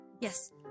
Yes